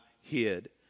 hid